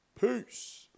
Peace